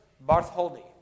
Bartholdi